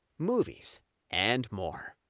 movies and more.